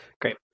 Great